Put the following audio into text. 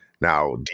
now